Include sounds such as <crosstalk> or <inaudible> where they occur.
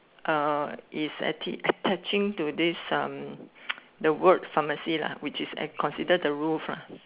uh is I think attaching to this um <noise> word pharmacy lah which is considered the roof ah